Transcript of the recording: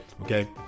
okay